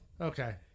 Okay